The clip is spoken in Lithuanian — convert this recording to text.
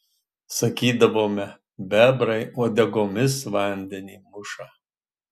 sakydavome bebrai uodegomis vandenį muša